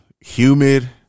humid